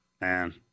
Man